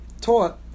taught